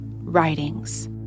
writings